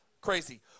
Crazy